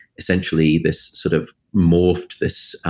essentially, this sort of morphed, this